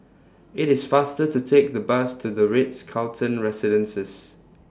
IT IS faster to Take The Bus to The Ritz Carlton Residences